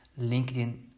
LinkedIn